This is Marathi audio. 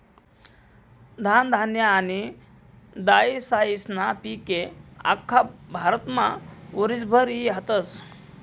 धनधान्य आनी दायीसायीस्ना पिके आख्खा भारतमा वरीसभर ई हातस